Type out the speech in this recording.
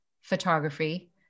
photography